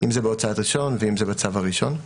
אם זה בהוצאת רישיון ואם זה בצו הראשון.